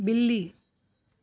बिल्ली